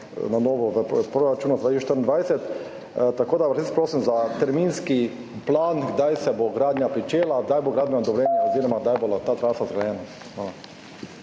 na novo v proračunu za leto 2024. Tako da vas res prosim za terminski plan, kdaj se bo gradnja pričela, kdaj bo gradbeno dovoljenje oziroma kdaj bo ta trasa zgrajena.